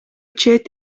чет